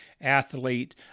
athlete